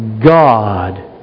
God